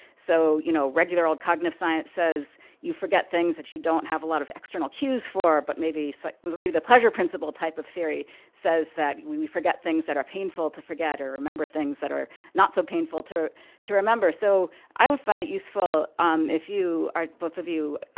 so you know regular old cognitive science says you forget things that you don't have a lot of external cues for, but maybe so like but the pleasure principle type of theory says that we we forget things that are painful to forget or remember things that are not so painful to to remember. so i would find it useful um if you or both of you,